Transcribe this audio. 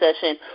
session